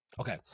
Okay